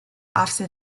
after